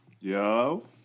Yo